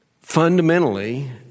fundamentally